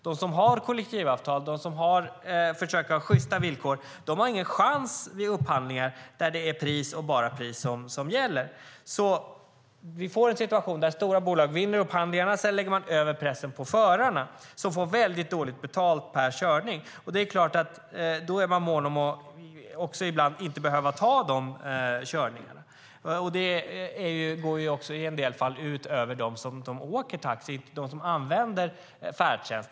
De som har kollektivavtal och sjysta villkor har ingen chans vid upphandlingar där det är bara priset som gäller. Situationen blir den att stora bolag vinner upphandlingarna, och sedan lägger man över pressen på förarna som får väldigt dåligt betalt per körning. Då är det klart att man är mån om att inte behöva ta de körningarna. Det går också i en del fall ut över dem som åker taxi eller som använder färdtjänst.